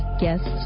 guests